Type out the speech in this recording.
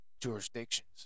jurisdictions